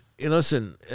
listen